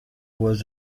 was